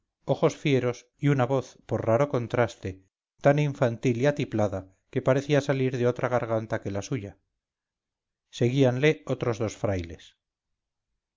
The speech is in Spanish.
ojos fieros y una voz por raro contraste tan infantil y atiplada que parecía salir de otra garganta que la suya seguíanle otros dos frailes